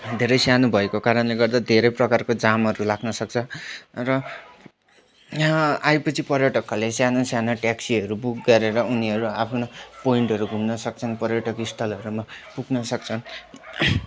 धेरै सानो भएको कारणले गर्दा धेरै प्रकारको जामहरू लाग्न सक्छ र यहाँ आएपछि पर्यटकहरूले सानो सानो ट्याक्सीहरू बुक गरेर उनीहरू आफ्नो पोइन्टहरू घुम्न सक्छन् पर्यटक स्थलहरूमा पुग्न सक्छन्